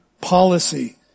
policy